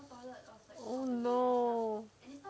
oh no